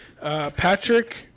Patrick